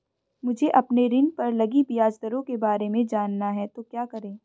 मुझे अपने ऋण पर लगी ब्याज दरों के बारे में जानना है तो क्या करें?